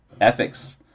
ethics